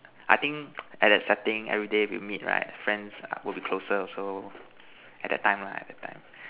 I think at that setting everyday we meet right friends are will be closer also at that time lah at that time